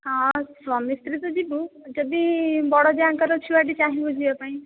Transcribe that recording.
ହଁ ସ୍ୱାମୀ ସ୍ତ୍ରୀ ତ ଯିବୁ ଯଦି ବଡ ଯାଆଙ୍କର ଛୁଆଟି ଚାହିଁବ ଯିବା ପାଇଁ